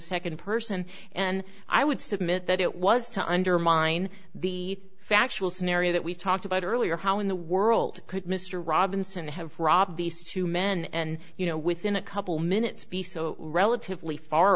second person and i would submit that it was to undermine the factual scenario that we talked about earlier how in the world could mr robinson have robbed these two men and you know within a couple minutes be so relatively far